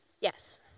Yes